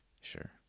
Sure